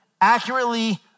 accurately